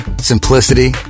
simplicity